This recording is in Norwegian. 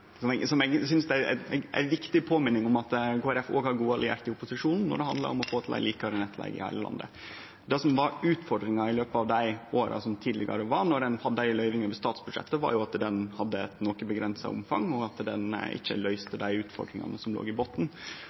synest er ei viktig påminning om at Kristeleg Folkeparti òg har gode allierte i opposisjonen når det handlar om å få til ei likare nettleige i heile landet. Det som var utfordringa i løpet av dei tidlegare åra, når ein hadde ei løyving over statsbudsjettet, var jo at ho hadde eit noko avgrensa omfang, og at ho ikkje løyste dei utfordringane som låg i botnen.